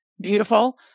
beautiful